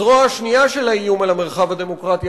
הזרוע השנייה של האיום על המרחב הדמוקרטי,